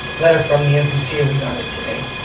letter from the npca, we got it today,